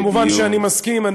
מובן שאני מסכים.